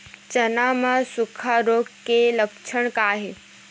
चना म सुखा रोग के लक्षण का हे?